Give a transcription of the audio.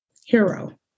hero